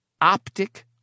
Optic